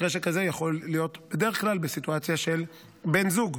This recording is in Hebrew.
מקרה שכזה יכול להיות בדרך כלל בסיטואציה של בן זוג,